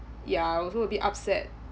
ya I also a bit upset